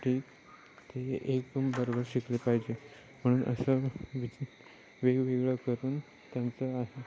ते ते एकदम बरोबर शिकले पाहिजे म्हणून असं वेगवेगळं करून त्यांचं आहे